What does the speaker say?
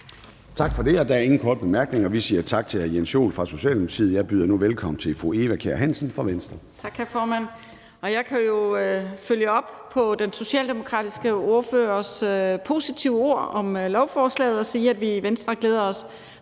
Tak for det. Der er ingen korte bemærkninger, og vi siger tak til hr. Jens Joel fra Socialdemokratiet. Jeg byder nu velkommen til fru Eva Kjer Hansen fra Venstre. Kl. 13:40 (Ordfører) Eva Kjer Hansen (V): Tak, hr. formand. Jeg kan jo følge op på den socialdemokratiske ordførers positive ord om lovforslaget og sige, at vi i Venstre glæder os